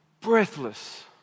breathless